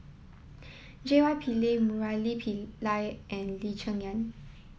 J Y Pillay Murali Pillai and Lee Cheng Yan